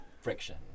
friction